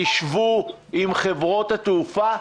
תשבו עם חברות התעופה,